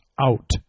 out